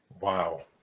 Wow